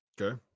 Okay